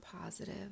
positive